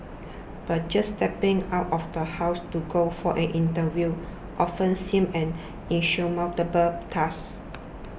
but just stepping out of the house to go for an interview often seemed an insurmountable task